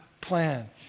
plan